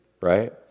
right